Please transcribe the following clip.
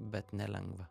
bet nelengva